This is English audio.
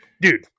Dude